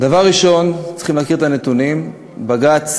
דבר ראשון, צריכים להכיר את הנתונים, בג"ץ